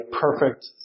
perfect